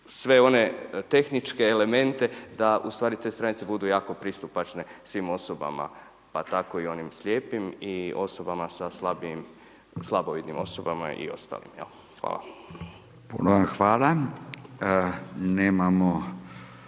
sve one tehničke elemente da u stvari te stranice budu jako pristupačne svim osobama, pa tako i onim slijepim i osobama sa slabijim, slabovidnim osoba i ostalim, jel. Hvala. **Radin,